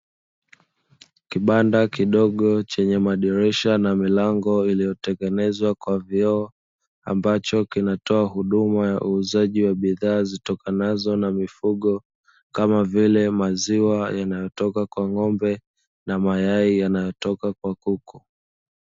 Kibanda kidogo chenye madirisha na milango iliyotengenezwa kwa vioo, ambacho kinatoa huduma ya uuzaji wa bidhaa zitokanazo na mifugo, kama vile; maziwa yanayotoka kwa ng'ombe na mayai yanayotoka kwa kuku.